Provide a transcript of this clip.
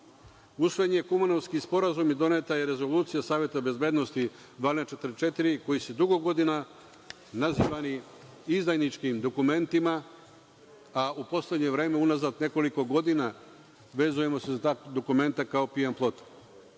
Usvojen je Kumanovski sporazum i doneta je Rezolucija Saveta bezbednosti 1244 koji su dugo godina nazivani izdajničkim dokumentima, a u poslednje vreme, unazad nekoliko godina, vezujemo se za ta dokumenta kao pijan